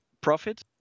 profit